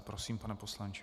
Prosím, pane poslanče.